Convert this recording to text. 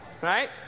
Right